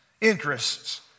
interests